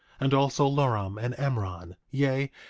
and also luram and emron yea,